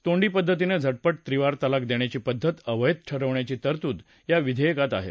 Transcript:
तोंडी पद्धतीनं झटपट त्रिवार तलाक देण्याची पद्धत अवैध ठरवण्याची तरतूद या विधेयकात आहे